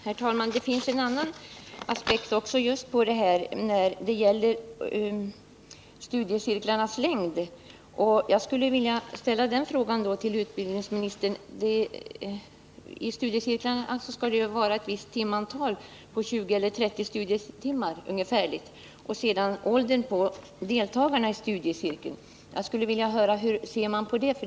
Herr talman! Det finns också en annan aspekt, nämligen studiecirklarnas längd, och jag skulle därför vilja ställa ytterligare en fråga till utbildningsministern. Studiecirklarna skall ju omfatta 20-30 studietimmar, och vidare gäller det ju också åldern på deltagarna. Hur ser man på den saken?